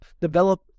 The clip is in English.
develop